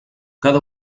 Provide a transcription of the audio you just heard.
cada